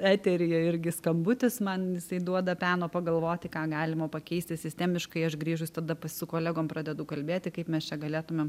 eteryje irgi skambutis man isai duoda peno pagalvoti ką galima pakeisti sistemiškai aš grįžus tada pa su kolegom pradedu kalbėti kaip mes čia galėtumėm